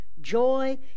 joy